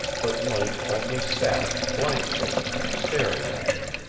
but link only sat, blank-faced, staring at her.